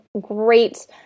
great